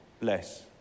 less